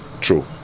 true